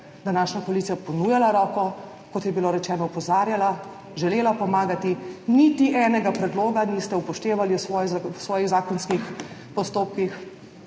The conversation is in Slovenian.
današnja koalicija, ponujala roko, kot je bilo rečeno, opozarjala, želela pomagati, niti enega predloga niste upoštevali v svojih zakonskih postopkih,